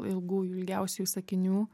ilgųjų ilgiausiųjų sakinių